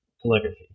calligraphy